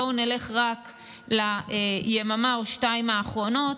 בואו נלך רק ליממה או שתיים האחרונות,